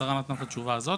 השרה נתנה את התשובה הזאת.